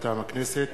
מטעם הכנסת: